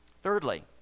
thirdly